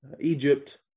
Egypt